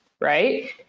Right